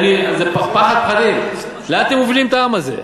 אני, זה פחד פחדים, לאן אתם מובילים את העם הזה?